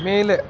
ಮೇಲೆ